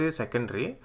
secondary